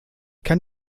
kann